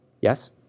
Yes